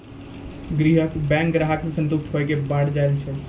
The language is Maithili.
बैंक ग्राहक के संतुष्ट होयिल के बढ़ जायल कहो?